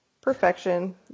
Perfection